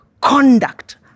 conduct